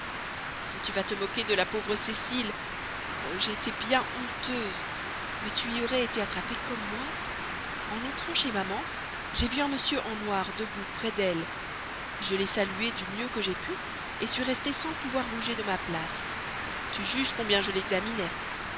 comme tu vas te moquer de la pauvre cécile oh j'ai été bien honteuse mais tu y aurais été attrapée comme moi en entrant chez maman j'ai vu un monsieur en noir debout auprès d'elle je l'ai salué du mieux que j'ai pu je suis restée sans pouvoir bouger de ma place tu juges combien je l'examinais